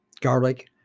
garlic